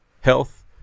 health